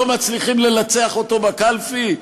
לא מצליחים לנצח אותו בקלפי?